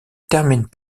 termine